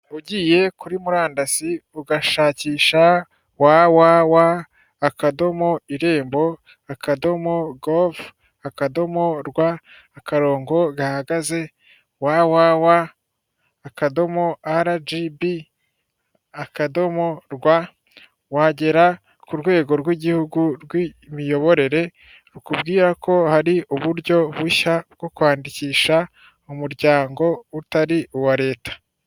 Ugiye kuri murandasi ugashakisha www.irembo.gov.rw, akarongo gahagaze, www.rgb.rw wagera ku rwego rw'Igihugu rw'imiyoborere rukubwira ko hari uburyo bushya bwo kwandikisha umuryango utari uwa Leta.